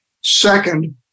Second